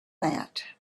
that